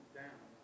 down